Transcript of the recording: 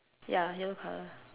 ya yellow colour